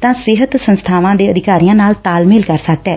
ਤਾ ਸਿਹਤ ਸੰਸਬਾਵਾ ਦੇ ਅਧਿਕਾਰੀਆਂ ਨਾਲ ਤਾਲਮੇਲ ਕਰ ਸਕਦਾ ਏ